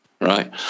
right